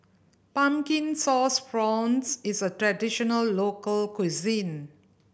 Pumpkin Sauce Prawns is a traditional local cuisine